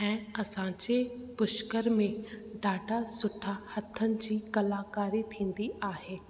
ऐं असांजे पुष्कर में ॾाढा सुठा हथनि जी कलाकारी थींदी आहे